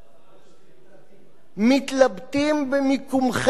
מתלבטים במיקומכם בספקטרום הציוני?